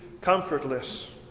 comfortless